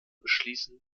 beschließen